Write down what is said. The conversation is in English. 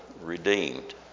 redeemed